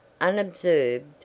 Unobserved